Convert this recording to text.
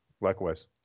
Likewise